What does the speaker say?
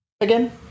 again